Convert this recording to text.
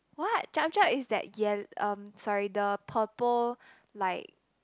what Jup Jup is that yel~ um sorry the purple like